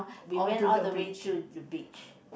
we went all the way to the beach